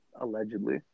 Allegedly